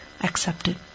accepted